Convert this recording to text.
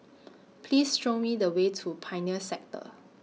Please Show Me The Way to Pioneer Sector